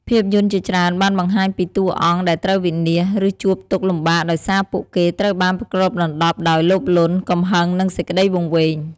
ភាពយន្តជាច្រើនបានបង្ហាញពីតួអង្គដែលត្រូវវិនាស ឬជួបទុក្ខលំបាកដោយសារពួកគេត្រូវបានគ្របដណ្ដប់ដោយ លោភលន់ កំហឹង និងសេចក្តីវង្វេង។